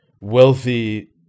wealthy